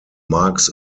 marks